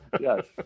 Yes